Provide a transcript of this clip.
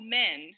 men